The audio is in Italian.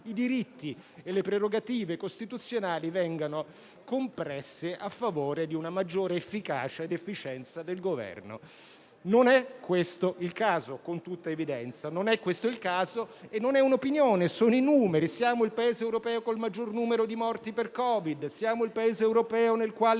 i diritti e le prerogative costituzionali vengano compresse a favore di una maggiore efficacia ed efficienza del Governo. Non è questo il caso con tutta evidenza e non è un'opinione, ma sono i numeri a dirlo: siamo il Paese europeo con il maggior numero di morti per Covid; siamo il Paese europeo nel quale